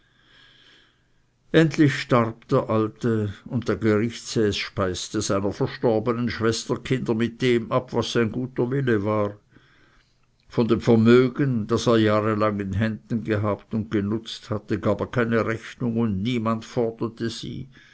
endlich starb der alte und der gerichtsäß speiste seiner verstorbenen schwester kinder mit dem ab was sein guter wille war von dem vermögen das er jahrelang in händen gehabt und genutzet hatte gab er keine rechnung und niemand forderte sie